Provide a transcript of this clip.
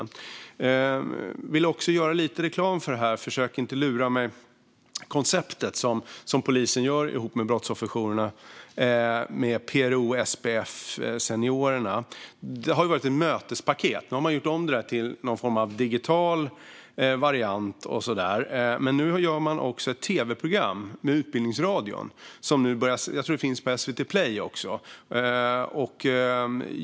Jag vill också göra lite reklam för konceptet Försök inte lura mig, som polisen gör ihop med brottsofferjourerna, PRO och SPF Seniorerna. Det har varit ett mötespaket. Nu har man gjort om det till någon form av digital variant. Nu gör man också ett tv-program med Utbildningsradion. Jag tror att det också finns på SVT Play.